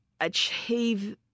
achieve